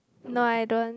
no I don't